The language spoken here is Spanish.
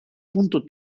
punto